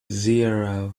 zero